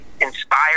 inspired